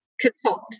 consult